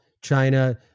china